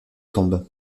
tombes